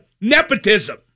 nepotism